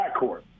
backcourt